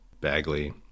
Bagley